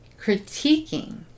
critiquing